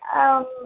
ம்